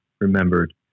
remembered